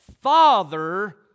Father